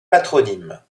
patronymes